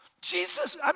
Jesus